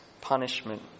punishment